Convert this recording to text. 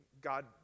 God